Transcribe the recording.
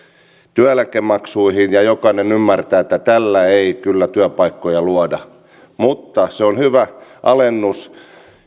työeläkemaksuihin ja jokainen ymmärtää että tällä ei kyllä työpaikkoja luoda mutta se on hyvä alennus